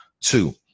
Two